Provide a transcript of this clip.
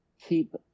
keep